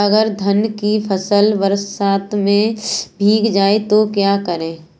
अगर धान की फसल बरसात में भीग जाए तो क्या करें?